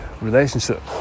relationship